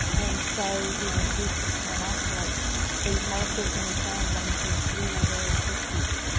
and so we went ahead to try and isolate these molecules and we found one that was really very effective.